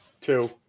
Two